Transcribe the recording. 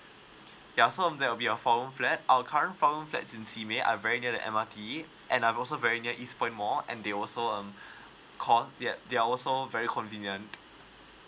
ya so um there will be a four room flat our current four room flats in simei are very near the M_R_T and um also very near eastpoint mall and they also um call yet they're also very convenient